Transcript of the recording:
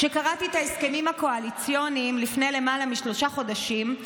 כשקראתי את ההסכמים הקואליציוניים לפני למעלה משלושה חודשים,